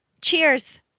Cheers